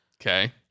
Okay